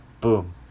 Boom